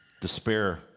Despair